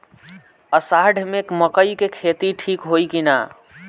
अषाढ़ मे मकई के खेती ठीक होई कि ना?